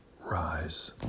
rise